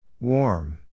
Warm